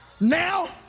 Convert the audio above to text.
now